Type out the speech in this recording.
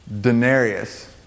denarius